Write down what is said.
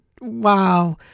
wow